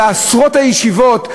על עשרות הישיבות,